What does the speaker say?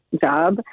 job